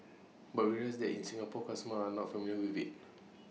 but we realise that in Singapore customers are not familiar with IT